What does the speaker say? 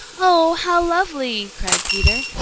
oh, how lovely! cried peter.